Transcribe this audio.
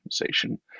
organization